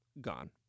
gone